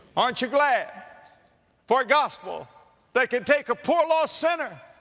aren't you glad for a gospel that could take a poor lost sinner,